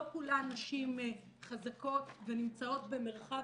לא כולן נשים חזקות ונמצאות במרחב